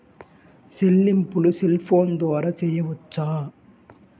చెల్లింపులు cell phone ద్వారా చేయవచ్చా?